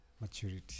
Maturity